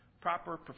Proper